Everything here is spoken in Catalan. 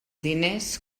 diners